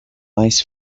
ice